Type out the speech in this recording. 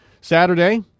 Saturday